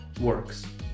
works